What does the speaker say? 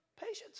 patience